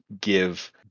give